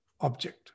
object